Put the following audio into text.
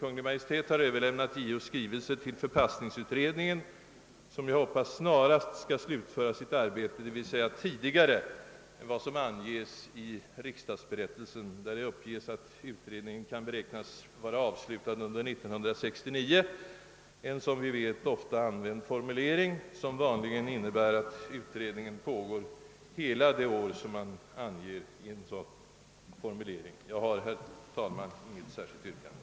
Kungl. Maj:t har för beaktande överlämnat JO:s skrivelse till förpassningsutredningen som jag hoppas snarast skall slutföra sitt arbete, d. v. s. tidigare än vad som anges i riksdagsberättelsen där det står att utredningen kan beräknas vara avslutad under 1969 — en som vi vet ofta använd formulering som vanligen innebär att utredningen pågår under hela det angivna året. Jag har, herr talman, inget särskilt yrkande.